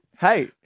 hey